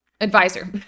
Advisor